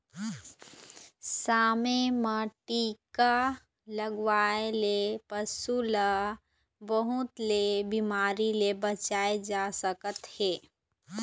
समे म टीका लगवाए ले पशु ल बहुत ले बिमारी ले बचाए जा सकत हे